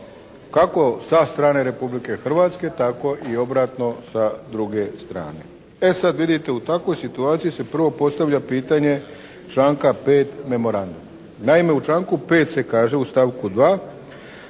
kako sa strane Republike Hrvatske tako i obratno sa druge strane. E sada vidite u takvoj situaciji se prvo postavlja pitanje članka 5. memoranduma. Naime u članku 5. se kaže u stavku 2.,